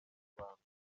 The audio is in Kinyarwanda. inyarwanda